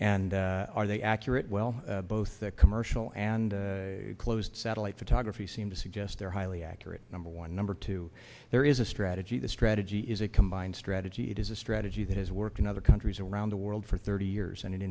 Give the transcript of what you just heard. and are they accurate well both commercial and closed satellite photography seem to suggest they're highly accurate number one number two there is a strategy the strategy is a combined strategy it is a strategy that has worked in other countries around the world for thirty years and it